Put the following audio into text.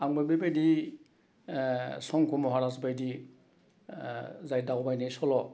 आंबो बेबायदि संक्य' महारास बायदि जाय दावबायनाय सल'